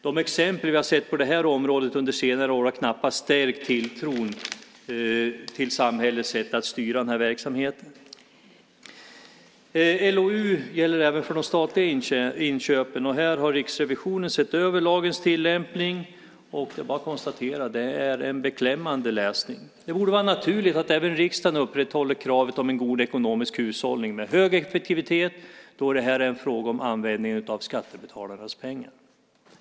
De exempel vi har sett på det här området under senare år har knappast stärkt tilltron till samhällets sätt att styra den här verksamheten. LOU gäller även för de statliga inköpen. Här har Riksrevisionen sett över lagens tillämpning, och det är bara att konstatera att det är en beklämmande läsning. Det borde vara naturligt att även riksdagen upprätthåller kravet på en god ekonomisk hushållning med hög effektivitet då det här är en fråga om användningen av skattebetalarnas pengar.